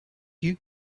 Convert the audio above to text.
you